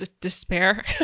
despair